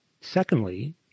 Secondly